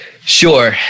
Sure